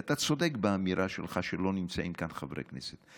אתה צודק באמירה שלך שלא נמצאים כאן חברי כנסת,